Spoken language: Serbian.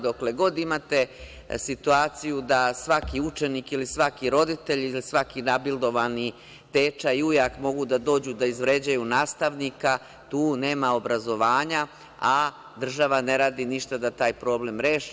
Dokle god imate situaciju da svaki učenik, ili svaki roditelj, ili svaki nabildovani teča i ujak mogu da dođu da izvređaju nastavnika, tu nema obrazovanja, a država ne radi ništa da taj problem reši.